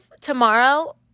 tomorrow